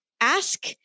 ask